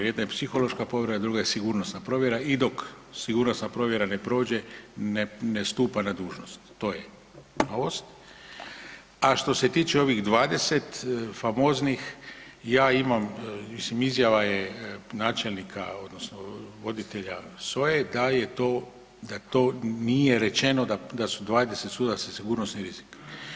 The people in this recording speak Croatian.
Jedna je psihološka provjera, a druga je sigurnosna provjera i dok sigurnosna provjera ne prođe ne stupa na dužnost, to je …/nerazumljivo/… a što se tiče ovih 20 famoznih, ja imam mislim izjava je načelnika odnosno voditelja SOA-e da je to, da to nije rečeno da su 20 sudaca sigurnosni rizik.